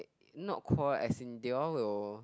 not quarrel as in they all will